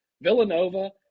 Villanova